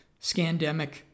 scandemic